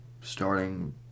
starting